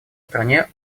стране